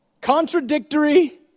Contradictory